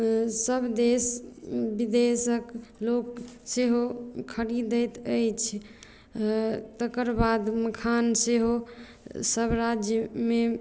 सभ देश विदेशक लोक सेहो खरीदैत अछि तकर बाद मखान सेहो सभ राज्यमे